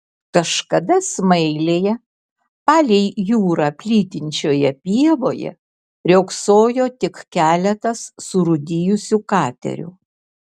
kažkada smailėje palei jūrą plytinčioje pievoje riogsojo tik keletas surūdijusių katerių